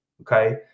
Okay